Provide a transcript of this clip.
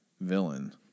villain